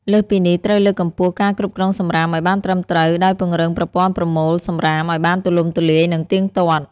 លើសពីនេះត្រូវលើកកម្ពស់ការគ្រប់គ្រងសំរាមឱ្យបានត្រឹមត្រូវ ដោយពង្រឹងប្រព័ន្ធប្រមូលសំរាមឱ្យបានទូលំទូលាយ និងទៀងទាត់។